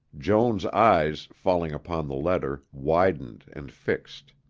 joan's eyes, falling upon the letter, widened and fixed.